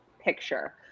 picture